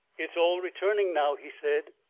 it's all returning now, he said,